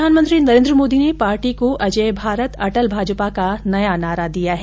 प्रधानमंत्री नरेंद्र मोदी ने पार्टी को अजेय भारत अटल भाजपा का नया नारा दिया हैं